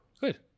Good